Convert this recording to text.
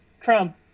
trump